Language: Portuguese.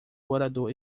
orador